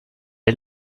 est